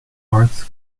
arts